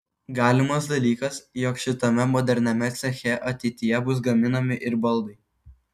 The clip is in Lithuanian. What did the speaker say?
galimas dalykas jog šitame moderniame ceche ateityje bus gaminami ir baldai